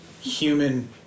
human